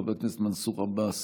חבר הכנסת מנסור עבאס,